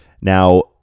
Now